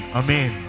amen